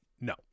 No